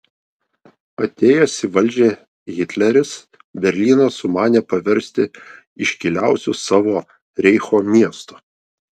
atėjęs į valdžią hitleris berlyną sumanė paversti iškiliausiu savo reicho miestu